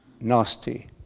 nasty